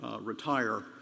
retire